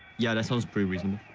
yeah, that sounds pretty reasonable.